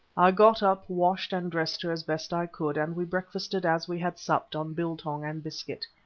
i got up, washed and dressed her as best i could, and we breakfasted as we had supped, on biltong and biscuit.